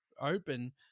open